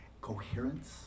coherence